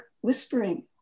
whispering